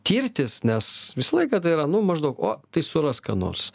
tirtis nes visą laiką tai yra nu maždaug o tai suras ką nors